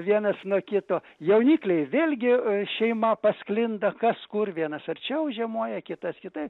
vienas nuo kito jaunikliai vėlgi šeima pasklinda kas kur vienas arčiau žiemoja kitas kitaip